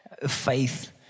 Faith